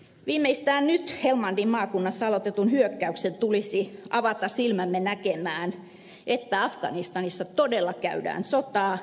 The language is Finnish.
viimeistään nyt helmandin maakunnassa aloitetun hyökkäyksen tulisi avata silmämme näkemään että afganistanissa todella käydään sotaa